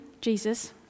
Jesus